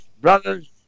brothers